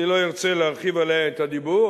אני לא ארצה להרחיב עליה את הדיבור,